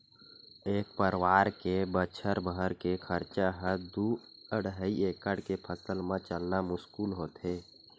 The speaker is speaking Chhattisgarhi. एक परवार के बछर भर के खरचा ह दू अड़हई एकड़ के फसल म चलना मुस्कुल होथे